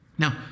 Now